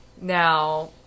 now